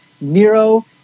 Nero